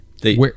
they-